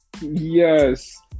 Yes